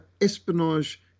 espionage